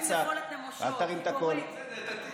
תגלו את אותה מידה של סובלנות כמו שגילו בצד השני כשהקשיבו לכם.